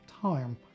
time